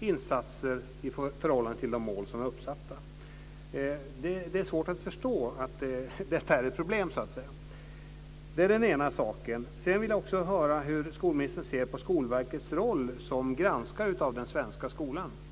insatser i förhållande till de mål som är uppsatta? Det är svårt att förstå att detta är ett problem, så att säga. Sedan vill jag också höra hur skolministern ser på Skolverkets roll som granskare av den svenska skolan.